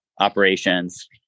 operations